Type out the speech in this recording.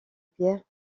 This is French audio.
pierre